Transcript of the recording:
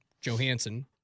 Johansson